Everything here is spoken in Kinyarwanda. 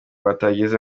batagize